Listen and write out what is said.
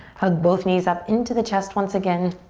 hug both knees up into the chest once again.